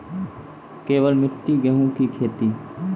केवल मिट्टी गेहूँ की खेती?